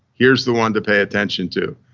here's the one to pay attention to.